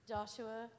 Joshua